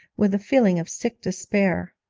with a feeling of sick despair.